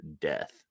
death